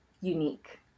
unique